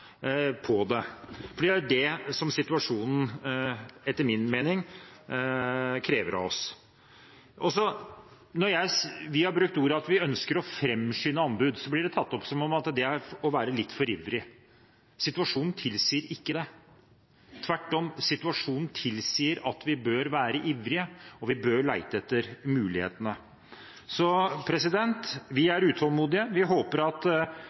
på det. For det er jo det situasjonen – etter min mening – krever av oss. Når vi har brukt ordet at vi ønsker «å fremskynde» anbud, blir det tatt opp som om at det er å være litt for ivrig. Situasjonen tilsier ikke det. Tvert om – situasjonen tilsier at vi bør være ivrige, og vi bør lete etter mulighetene. Så vi er utålmodige. Vi håper at